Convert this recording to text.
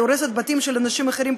היא הורסת בתים של אנשים אחרים,